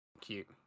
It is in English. Cute